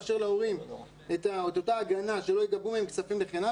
מאפשר להורים את אותה ההגנה שלא יגבו מהם כספים לחינם,